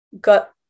got